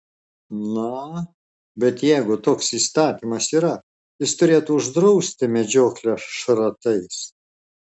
na bet jeigu toks įstatymas yra jis turėtų uždrausti medžioklę šratais